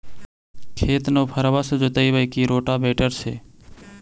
खेत नौफरबा से जोतइबै की रोटावेटर से?